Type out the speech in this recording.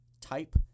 type